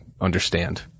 understand